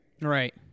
Right